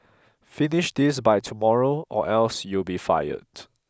finish this by tomorrow or else you'll be fired